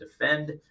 Defend